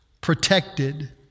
protected